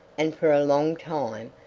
and for a long time,